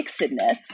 mixedness